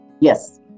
Yes